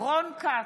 רון כץ,